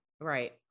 Right